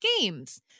games